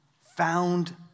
found